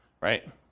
right